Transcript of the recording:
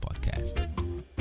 Podcast